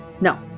No